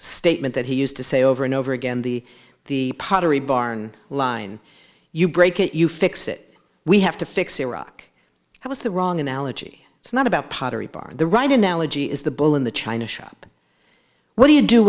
statement that he used to say over and over again the the pottery barn line you break it you fix it we have to fix iraq it was the wrong analogy it's not about pottery barn the right analogy is the bull in the china shop what do you do